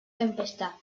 tempestad